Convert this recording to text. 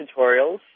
tutorials